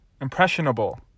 impressionable